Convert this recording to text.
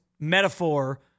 metaphor